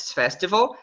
festival